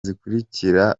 zikurikira